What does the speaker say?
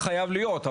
לא בהכרח חייב להיות.